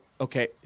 Okay